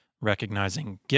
recognizing